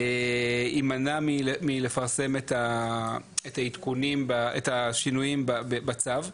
יימנע מלפרסם את העדכונים, את השינויים בצו.